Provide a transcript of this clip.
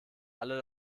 alle